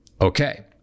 Okay